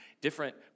different